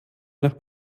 nach